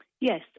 Yes